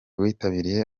witabiriye